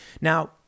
Now